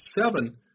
seven